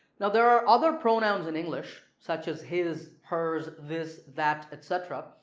now there are other pronouns in english such as his, hers, this, that etc.